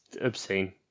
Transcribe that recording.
obscene